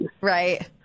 Right